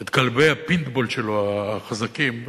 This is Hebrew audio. את הכלבים החזקים שלו,